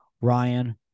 ryan